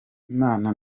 imana